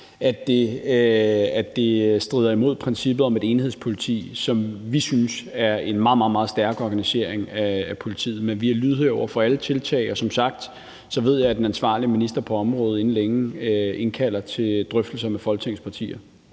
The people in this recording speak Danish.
at det strider imod princippet om et enhedspoliti, som vi synes er en meget, meget stærk organisering af politiet. Men vi er lydhøre over for alle tiltag. Og som sagt ved jeg, at den ansvarlige minister på området inden længe indkalder til drøftelser med Folketingets partier.